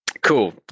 Cool